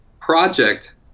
project